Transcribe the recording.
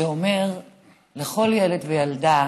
שאומר לכל ילד וילדה: